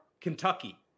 Kentucky